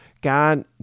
God